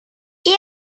ihr